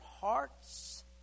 hearts